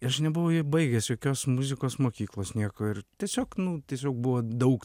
ir aš nebuvau baigęs jokios muzikos mokyklos nieko ir tiesiog nu tiesiog buvo daug